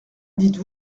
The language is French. dites